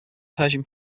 persian